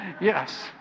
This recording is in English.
Yes